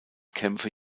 kämpfe